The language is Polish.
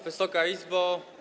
Wysoka Izbo!